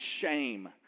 shame